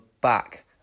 back